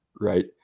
right